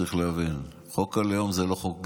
צריך להבין, חוק הלאום זה לא חוק גזעני.